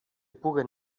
puguen